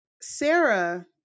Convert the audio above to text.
Sarah